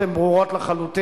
חבר הכנסת בן-ארי.